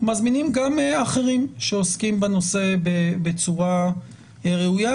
מזמינים גם אחרים שעוסקים בנושא בצורה ראויה,